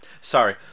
Sorry